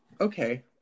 Okay